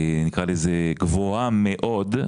נקרא לזה גבוהה מאוד,